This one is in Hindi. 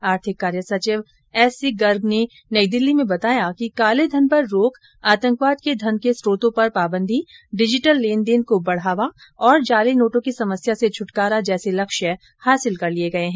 आर्थिक कार्य सचिव एस सी गर्ग ने नई दिल्ली में बताया कि काले धन पर रोक आतंकवाद के धन के स्रोतों पर पाबंदी डिजीटल लेन देन को बढ़ावा और जाली नोटों की समस्या से छटकारा जैसे लक्ष्य हासिल कर लिये गये हैं